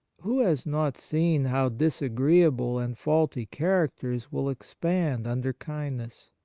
who has not seen how disagreeable and faulty characters will expand under kind ness?